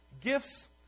Gifts